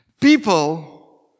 People